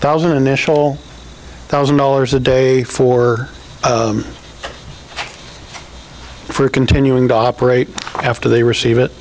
thousand a national thousand dollars a day for for continuing to operate after they receive it